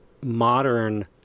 modern